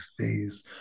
phase